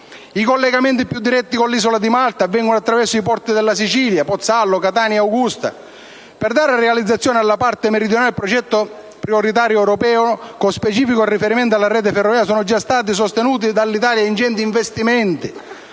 i collegamenti più diretti con l'isola di Malta avvengono attraverso i porti della Sicilia (Pozzallo, Catania, Augusta, Palermo); c) per dare realizzazione alla parte meridionale del progetto prioritario europeo (PP1) con specifico riferimento alla rete ferroviaria, sono stati già sostenuti dall'Italia ingenti investimenti;